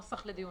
הגדרות1.